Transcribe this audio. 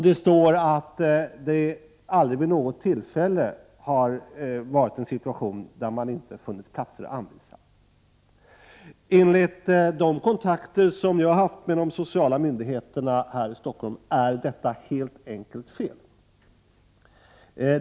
Det står också att situationen aldrig vid något tillfälle har varit sådan att det inte funnits platser att anvisa. Enligt de kontakter som jag har haft med de sociala myndigheterna är detta helt enkelt felaktigt.